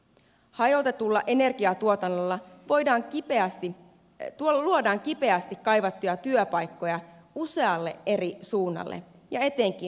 hajautetulla energiantuotannolla luodaan kipeästi kaivattuja työpaikkoja usealle eri suunnalle ja etenkin maaseudulle